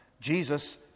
Jesus